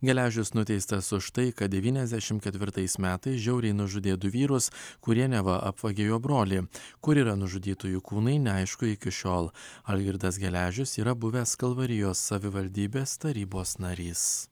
geležius nuteistas už tai kad devyniasdešim ketvirtais metais žiauriai nužudė du vyrus kurie neva apvagė jo brolį kur yra nužudytųjų kūnai neaišku iki šiol algirdas geležius yra buvęs kalvarijos savivaldybės tarybos narys